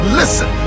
listen